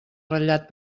ratllat